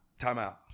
Timeout